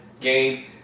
game